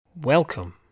Welcome